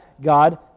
God